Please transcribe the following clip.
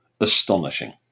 astonishing